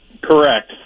Correct